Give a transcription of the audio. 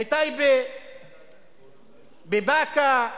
בטייבה, בבאקה,